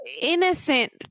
innocent